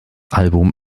album